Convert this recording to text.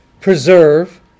preserve